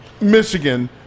Michigan